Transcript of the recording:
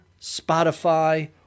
Spotify